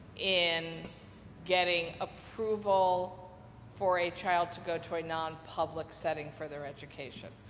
in getting approval for a child to go to a non-public setting for their education.